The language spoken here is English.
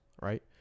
right